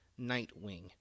Nightwing